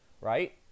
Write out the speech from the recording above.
right